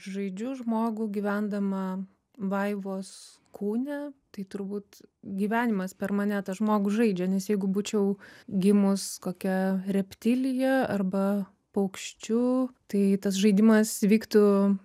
žaidžiu žmogų gyvendama vaivos kūne tai turbūt gyvenimas per mane tą žmogų žaidžia nes jeigu būčiau gimus kokia reptilija arba paukščiu tai tas žaidimas vyktų